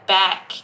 back